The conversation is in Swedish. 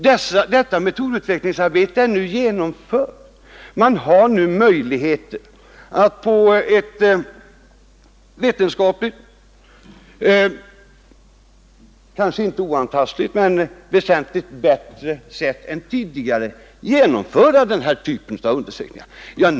Detta metodutvecklingsarbete är nu genomfört. Man har nu möjligheter att på ett vetenskapligt, kanske inte helt oantastligt men väsentligt bättre sätt än tidigare utföra den här typen av undersökningar.